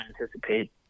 anticipate